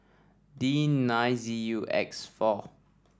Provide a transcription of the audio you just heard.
D nine Z U X four